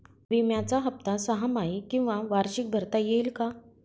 विम्याचा हफ्ता सहामाही किंवा वार्षिक भरता येईल का?